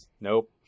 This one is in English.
Nope